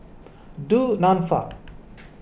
Du Nanfa